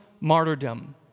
martyrdom